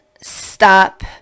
stop